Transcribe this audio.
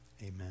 Amen